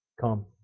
come